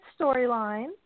storyline